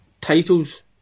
titles